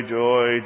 joy